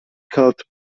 called